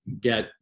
get